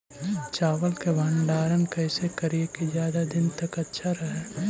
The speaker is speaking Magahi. चावल के भंडारण कैसे करिये की ज्यादा दीन तक अच्छा रहै?